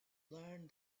learned